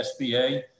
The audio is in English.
SBA